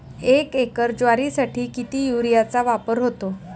एक एकर ज्वारीसाठी किती युरियाचा वापर होतो?